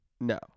No